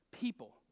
people